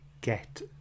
get